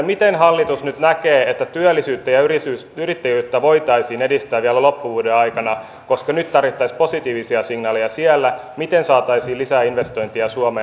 miten hallitus nyt näkee että työllisyyttä ja yrittäjyyttä voitaisiin edistää vielä loppuvuoden aikana koska nyt tarvittaisiin positiivisia signaaleja siellä miten saataisiin lisää investointeja suomeen